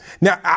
Now